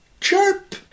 chirp